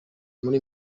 muri